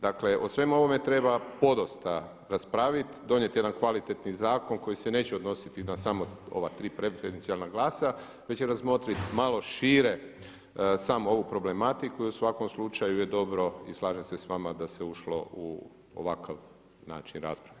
Dakle o svemu ovome treba podosta raspraviti, donijeti jedan kvalitetan zakon koji se neće odnositi na samo ova tri preferencijalna glasa, već će razmotriti malo šire samo ovu problematiku i u svakom slučaju je dobro i slažem se s vama da se ušlo u ovakav način rasprave.